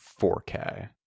4K